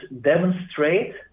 demonstrate